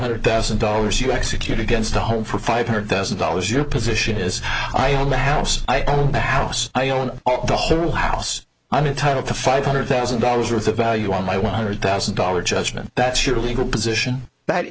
four hundred thousand dollars you execute against a home for five hundred thousand dollars your position is i own the house i own the house i own the whole house i'm entitled to five hundred thousand dollars worth of value on my one hundred thousand dollar judgment that's your legal position that